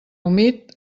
humit